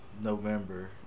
November